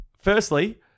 Firstly